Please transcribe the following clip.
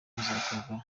bikazakorwa